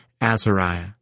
Azariah